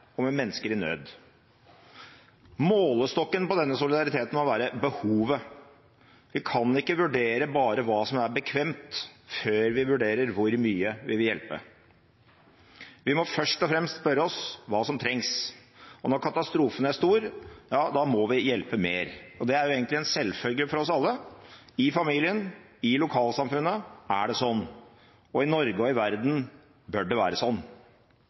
bekvemt, før vi vurderer hvor mye vi vil hjelpe. Vi må først og fremst spørre oss hva som trengs, og når katastrofen er stor, ja da må vi hjelpe mer. Det er egentlig en selvfølge for oss alle – i familien, i lokalsamfunnet er det sånn, og i Norge og i verden bør det være sånn.